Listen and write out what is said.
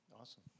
Awesome